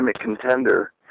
contender